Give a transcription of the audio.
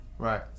Right